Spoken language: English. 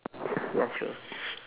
yeah sure